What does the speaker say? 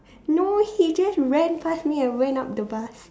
no he just ran pass me and went up the bus